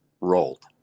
rolled